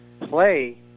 play